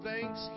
thanks